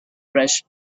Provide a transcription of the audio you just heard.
fresh